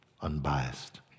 unbiased